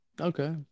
Okay